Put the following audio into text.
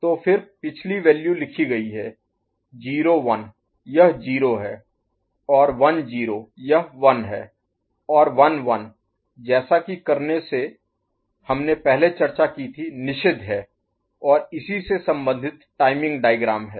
तो फिर पिछली वैल्यू लिखी गयी है 0 1 यह 0 है और 1 0 यह 1 है और 1 1 जैसा कि करने से हमने पहले चर्चा की थी निषिद्ध है और इसी से सम्बंधित टाइमिंग डायग्राम है